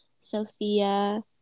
Sophia